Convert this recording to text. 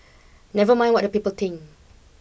never mind what the people think